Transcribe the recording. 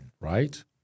right